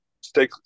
stay